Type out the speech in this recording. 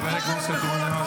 עבר הזמן.